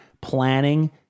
planning